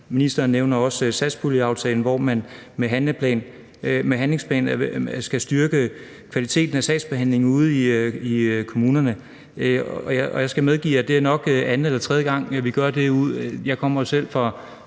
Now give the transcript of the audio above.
Ministeren nævner også satspuljeaftalen og det, at man med handlingsplanen skal styrke kvaliteten i sagsbehandlingen ude i kommunerne. Jeg vil sige, at det nok er anden eller tredje gang – jeg kommer jo selv fra